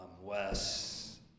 Wes